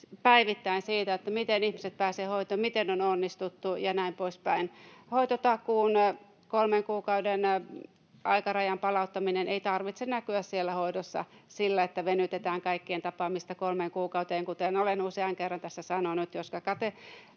päivittäin siitä, miten ihmiset pääsevät hoitoon, miten on onnistuttu ja näin poispäin. Hoitotakuun kolmen kuukauden aikarajan palauttamisen ei tarvitse näkyä siellä hoidossa sillä, että venytetään kaikkien tapaamista kolmeen kuukauteen, kuten olen usean kerran tässä sanonut,